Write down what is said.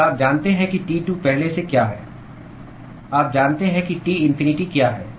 और आप जानते हैं कि T2 पहले से क्या है आप जानते हैं कि T इन्फिनिटी क्या है